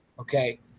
okay